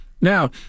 Now